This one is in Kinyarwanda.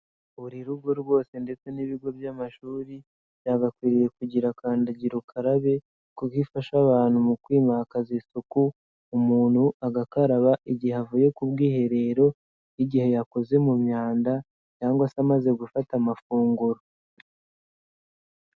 Buri rugo rwose ndetse n'ibigo by'amashuri, byagakwiriye kugira kandagira ukarabe kuko ifasha abantu mu kwimakaza isuku, umuntu agakaraba igihe avuye ku bwiherero, igihe yakoze mu myanda cyangwa se amaze gufata amafunguro.